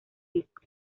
disco